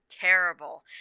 Terrible